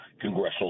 congressional